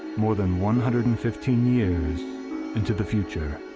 more than one hundred and fifteen years into the future.